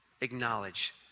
acknowledge